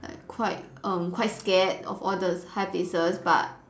quite um quite scared of all the high places but